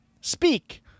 speak